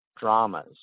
dramas